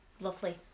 Lovely